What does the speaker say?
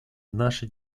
наша